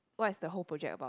what's the whole project about